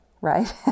right